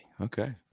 Okay